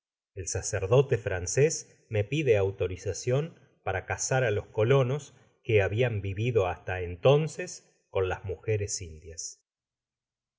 el sacerdote frances me pide autorizacion pa ra casar á los colonos que habian vivido hasta entonces con las mujeres indias